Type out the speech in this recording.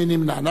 מי נמנע?